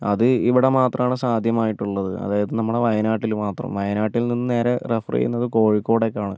അത് ഇവിടെ മാത്രമാണ് സാധ്യമായിട്ടുള്ളത് അതായത് നമ്മുടെ വയനാട്ടിൽ മാത്രം വയനാട്ടിൽ നിന്ന് നേരെ റഫറ് ചെയ്യുന്നത് കോഴിക്കോടേക്കാണ്